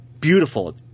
beautiful